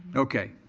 okay.